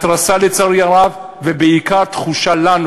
התרסה, לצערי הרב, ובעיקר תחושה לנו